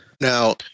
now